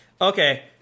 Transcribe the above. Okay